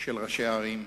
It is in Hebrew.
של ראשי הערים.